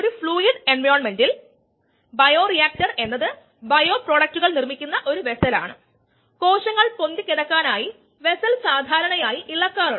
കൂടുതൽ റിയാക്ട് ചെയുകയും എൻസൈമിലേക്കും ഉൽപ്പന്നത്തിലേക്കും പരിവർത്തനം ചെയ്യുകയും ചെയ്യുന്നു